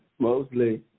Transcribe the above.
mostly